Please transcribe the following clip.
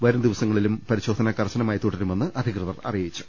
വരും ദിവസങ്ങളിലും പരിശോധന കർശന മായി തുടരുമെന്ന് അധികൃതർ അറിയിച്ചു